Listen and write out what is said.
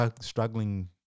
struggling